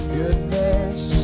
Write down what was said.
goodness